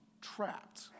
trapped